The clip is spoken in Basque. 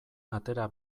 atera